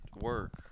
work